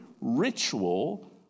ritual